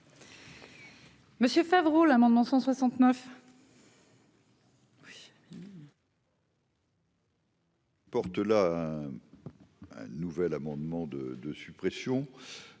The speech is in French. Monsieur Favreau, l'amendement 169. Porte là un nouvel amendement de de suppression,